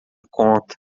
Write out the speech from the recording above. conta